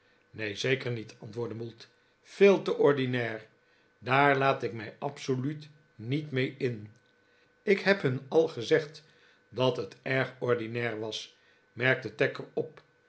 neen zeker niet antwoordde mould veel te ordinair daar laat ik mij absoluut niet mee in ik heb hun al gezegd dat het erg ordinair was merkte tacker op